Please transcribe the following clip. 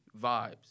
Vibes